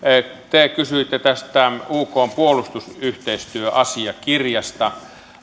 te kysyitte tästä ukn puolustusyhteistyöasiakirjasta